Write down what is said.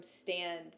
stand